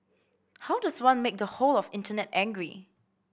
how does one make the whole of Internet angry